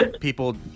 people